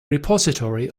repository